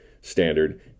standard